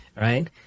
Right